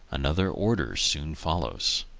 another order soon follows.